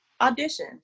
audition